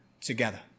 together